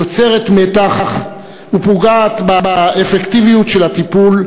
יוצרת מתח ופוגעת באפקטיביות של הטיפול,